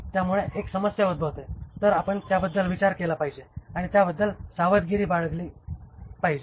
यामुळे एक समस्या उद्भवते तर आपण त्याबद्दल विचार केला पाहिजे आणि त्याबद्दल सावधगिरी बाळगली पाहिजे